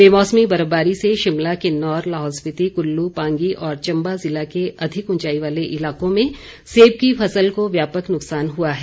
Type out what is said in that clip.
बेमौसमी बर्फबारी से शिमला किन्नौर लाहौल स्पीति कुल्लू पांगी और चंबा जिला के अधिक ऊंचाई वाले इलाकों में सेब की फसल को व्यापक नुकसान हुआ है